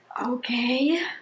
Okay